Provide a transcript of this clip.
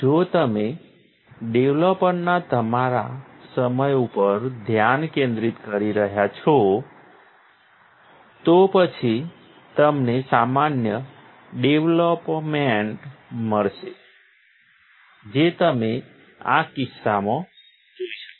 જો તમે ડેવલોપરના તમારા સમય ઉપર ધ્યાન કેન્દ્રિત કરી રહ્યા છો તો પછી તમને સામાન્ય ડેવલોપમેંટ મળશે જે તમે આ કિસ્સામાં જોઈ શકો છો